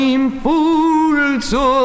impulso